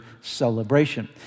celebration